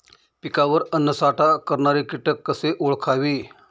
पिकावर अन्नसाठा करणारे किटक कसे ओळखावे?